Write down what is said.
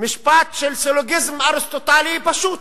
משפט של סילוגיזם אריסטוטלי פשוט: